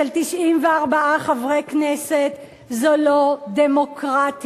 של 94 חברי כנסת זו לא דמוקרטיה,